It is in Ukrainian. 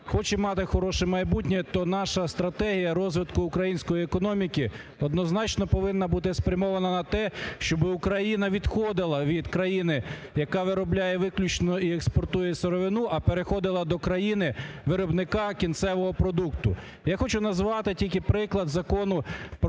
хоче мати хороше майбутнє, то наша стратегія розвитку української економіки однозначно повинна бути спрямована на те, щоб Україна відходила від країни, яка виробляє виключно і експортує сировину, а переходила до країни-виробника кінцевого продукту. Я хочу назвати тільки приклад Закону про